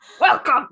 Welcome